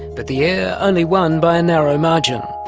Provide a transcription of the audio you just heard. but the heir only won by a narrow margin.